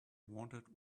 wanted